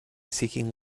seeking